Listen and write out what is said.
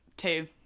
two